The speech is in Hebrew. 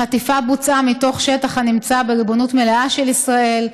החטיפה בוצעה מתוך שטח הנמצא בריבונות מלאה של ישראל.